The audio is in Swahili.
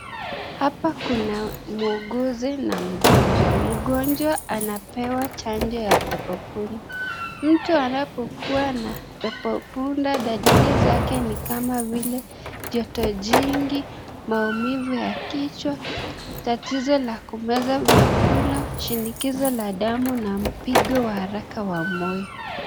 Hapa Kuna muuguzi na mgonjwa. Mgonjwa anapewa chanjo ya pepo punda. Mtu anapokuwa na pepo punda dalili zake ni kama vile joto jingi, maumivu ya kichwa, tatizo la kumeza vyakula, shinikizo la damu na mpigo wa haraka wa moyo.